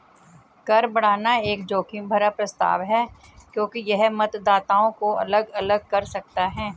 कर बढ़ाना एक जोखिम भरा प्रस्ताव है क्योंकि यह मतदाताओं को अलग अलग कर सकता है